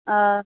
آ